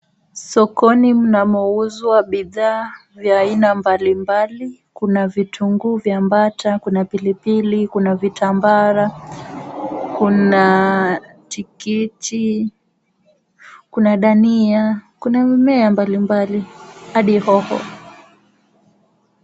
Sokoni mnamouzwa bidhaa vya aina mbalimbali. Kuna vitunguu viambata ,kuna pilipili, kuna vitambara, kuna tikiti, kuna dania, kuna mimea mbalimbali hadi hoho.